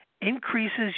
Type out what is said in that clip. increases